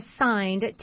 assigned